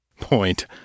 Point